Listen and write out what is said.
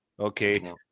Okay